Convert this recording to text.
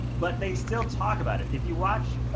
but they still talk about it. if you watch